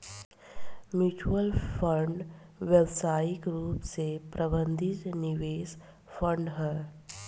mutual fund व्यावसायिक रूप से प्रबंधित निवेश फंड ह